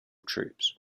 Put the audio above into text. troops